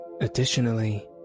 Additionally